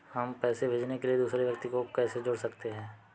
हम पैसे भेजने के लिए दूसरे व्यक्ति को कैसे जोड़ सकते हैं?